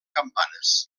campanes